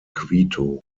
quito